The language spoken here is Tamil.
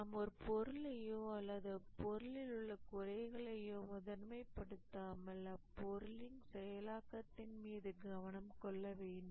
நாம் ஒரு பொருளையோ அல்லது அப்பொருளில் உள்ள குறைகளையோ முதன்மை படுத்தாமல் அப்பொருளின் செயலாக்கத்தின் மீது கவனம் கொள்ள வேண்டும்